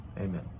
Amen